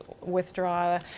withdraw